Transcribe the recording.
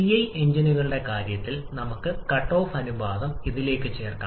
CI എഞ്ചിനുകളുടെ കാര്യത്തിൽ നമുക്ക് കട്ട് ഓഫ് അനുപാതം ഇതിലേക്ക് ചേർക്കാം